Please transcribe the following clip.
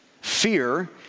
Fear